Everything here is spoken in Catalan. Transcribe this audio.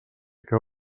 que